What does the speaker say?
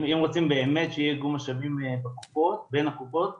אם רוצים באמת שיהיה איגום משאבים בקופות החולים ובין קופות החולים,